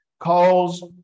calls